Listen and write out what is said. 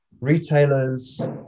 retailers